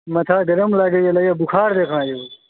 माथा गरम लागैया लगैया बुखार जकाँ यौ